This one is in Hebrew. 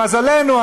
למזלנו,